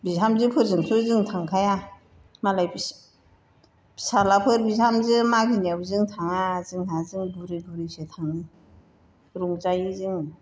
बिहामजो फोरजोंथ' जों थांखाया मालाय फिसाज्लाफोर बिहामजो मागिनायाव जों थाङा जोंहा जों बुरै बुरैसो थाङो रंजायो जों